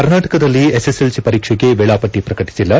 ಕರ್ನಾಟಕದಲ್ಲಿ ಎಸ್ಎಸ್ಎಲ್ಸಿ ಪರೀಕ್ಷೆಗೆ ವೇಳಾಪಟ್ಟಿ ಪ್ರಕಟಿಸಿಲ್ಲ